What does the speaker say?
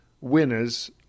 winners